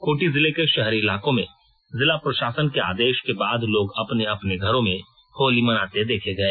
खूँटी जिले के शहरी इलाकों में जिला प्रशासन के आदेश के बाद लोग अपने अपने घरों में होली मनाते देखे गए